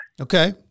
Okay